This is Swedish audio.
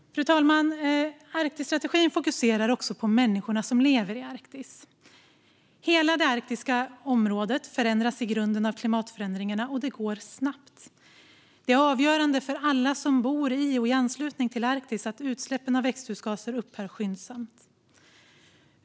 Fru talman! Arktisstrategin fokuserar också på människorna som lever i Arktis. Hela det arktiska området förändras i grunden av klimatförändringarna, och det går snabbt. Det är avgörande för alla som bor i och i anslutning till Arktis att utsläppen av växthusgaser upphör skyndsamt.